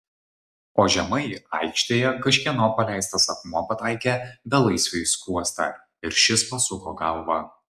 o žemai aikštėje kažkieno paleistas akmuo pataikė belaisviui į skruostą ir šis pasuko galvą